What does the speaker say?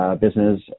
business